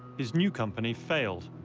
his new company failed.